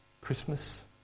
Christmas